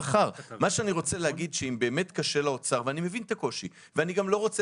אני מבין שקשה לאוצר ואני לא רוצה